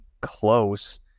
close